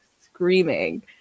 screaming